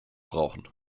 brauchen